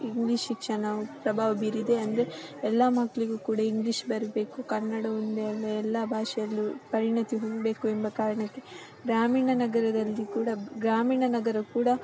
English ಶಿಕ್ಷಣ ಪ್ರಭಾವ ಬೀರಿದೆ ಅಂದರೆ ಎಲ್ಲ ಮಕ್ಕಳಿಗೂ ಕೂಡ ಇಂಗ್ಲಿಷ್ ಬರಬೇಕು ಕನ್ನಡ ಒಂದೇ ಅಲ್ಲ ಎಲ್ಲ ಭಾಷೆಯಲ್ಲೂ ಪರಿಣಿತಿ ಹೊಂದಬೇಕು ಎಂಬ ಕಾರಣಕ್ಕೆ ಗ್ರಾಮೀಣ ನಗರದಲ್ಲಿ ಕೂಡ ಗ್ರಾಮೀಣ ನಗರ ಕೂಡ